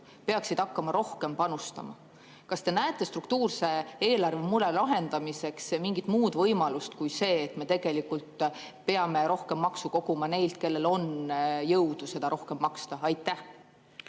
peaksid hakkama rohkem panustama. Kas te näete struktuurse eelarvemure lahendamiseks mingit muud võimalust kui see, et me tegelikult peame rohkem maksu koguma neilt, kellel on jõudu seda rohkem maksta? Aitäh,